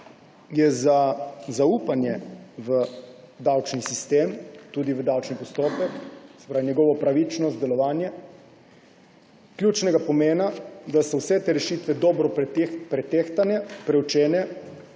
je za zaupanje v davčni sistem, tudi v davčni postopek, se pravi njegovo pravičnost, delovanje, ključnega pomena, da so vse te rešitve dobro pretehtane,